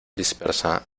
dispersa